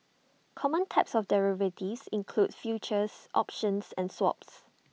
common types of derivatives include futures options and swaps